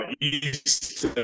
east